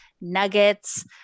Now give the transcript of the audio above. nuggets